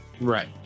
Right